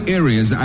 areas